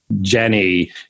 Jenny